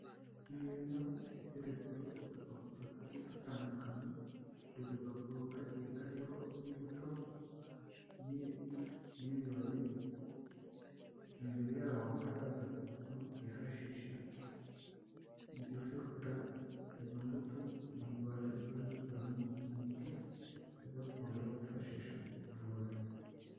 Imeza iteretseho udupapuro tugiye dutandukanye, buri gapapuro kagiye kariho imbuto n'ibibabi, imbere yaho hari agasekuru bifashisha mu gusekura izo mbuto kugira ngo babashe kuzikuramo imiti ya gakondo bifashisha mu buvuzi.